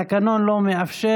התקנון לא מאפשר.